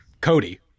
Cody